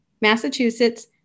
Massachusetts